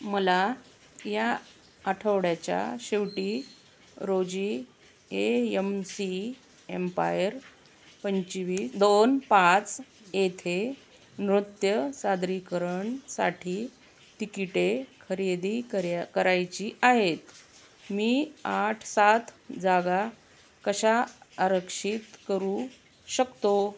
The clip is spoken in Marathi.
मला या आठवड्याच्या शेवटी रोजी ए यम सी एम्पायर पंचवीस दोन पाच येथे नृत्य सादरीकरणासाठी तिकिटे खरेदी कर्या करायची आहेत मी आठ सात जागा कशा आरक्षित करू शकतो